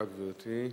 בבקשה, גברתי.